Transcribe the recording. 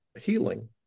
healing